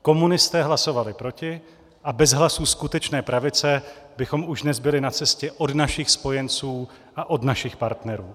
Komunisté hlasovali proti a bez hlasů skutečné pravice bychom už dnes byli na cestě od našich spojenců a od našich partnerů.